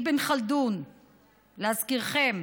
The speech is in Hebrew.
אבן ח'לדון, להזכירכם,